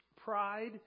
pride